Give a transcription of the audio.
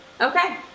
Okay